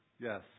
yes